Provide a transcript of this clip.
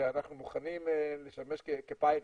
שאנחנו מוכנים לשמש כפיילוט,